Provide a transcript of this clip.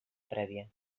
prèvia